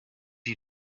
you